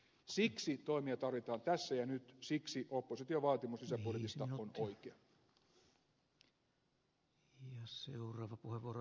siksi toimia tarvitaan tässä ja nyt siksi opposition vaatimus lisäbudjetista on oikea